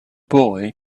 boy